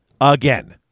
Again